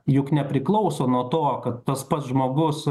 juk nepriklauso nuo to kad tas pats žmogus